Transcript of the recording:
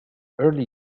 early